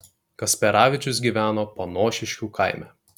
kasperavičius gyveno panošiškių kaime